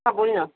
हां बोल न